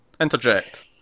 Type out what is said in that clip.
Interject